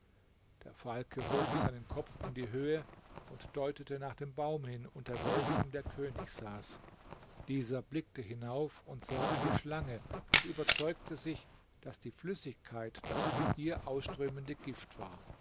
der falke hob seinen kopf in die höhe und deutete nach dem baum hin unter welchem der könig saß dieser blickte hinauf und sah eine schlange und überzeugte sich daß die flüssigkeit das von ihr ausströmende gift war